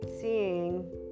seeing